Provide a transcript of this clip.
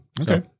Okay